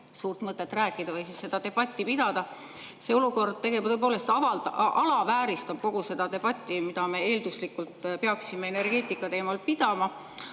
suurt mõtet rääkida või seda debatti pidada. See olukord tõepoolest alavääristab kogu seda debatti, mida me eelduslikult peaksime energeetika teemal pidama.